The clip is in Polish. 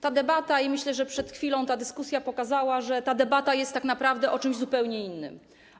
Ta debata i, jak myślę, przed chwilą ta dyskusja pokazały, że ta debata jest tak naprawdę o czymś zupełnie innym.